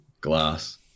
Glass